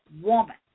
woman